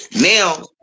Now